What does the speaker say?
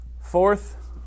Fourth